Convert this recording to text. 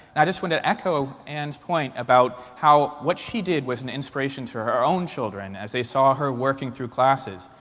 and i just want to echo anne's point about how what she did was an inspiration to her own children as they saw her working through classes.